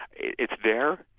it's there,